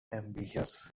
ambitious